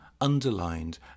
underlined